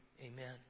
amen